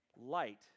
light